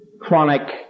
chronic